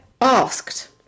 asked